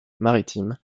maritimes